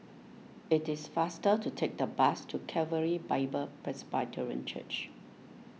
it is faster to take the bus to Calvary Bible Presbyterian Church